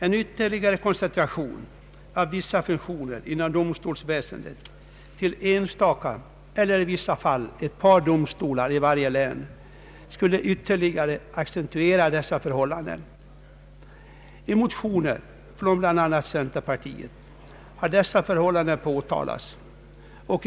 En ytterligare koncentration av vissa funktioner inom domstolsväsendet till enstaka eller i vissa fall ett par domstolar i varje län skulle ytterligare accentuera dessa förhållanden. I motioner bl.a. från centerpartiet har nämnda förhållanden påtalats.